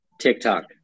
TikTok